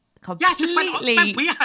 completely